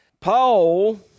Paul